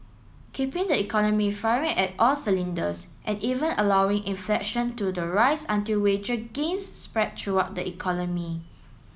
keeping the economy firing at all cylinders and even allowing inflaction to the rise until wage gains spread throughout the economy